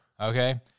Okay